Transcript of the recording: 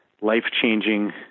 life-changing